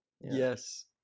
yes